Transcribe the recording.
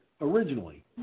originally